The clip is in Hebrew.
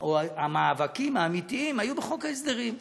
או המאבקים האמיתיים היו בחוק ההסדרים,